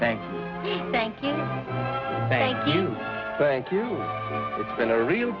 thanks thank you thank you thank you it's been a real